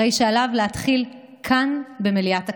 הרי שעליו להתחיל כאן במליאת הכנסת.